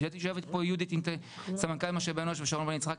יושבת פה יהודית סמנכ"לית משאבי אנוש ושרון בן יצחק,